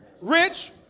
rich